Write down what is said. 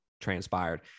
transpired